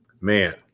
Man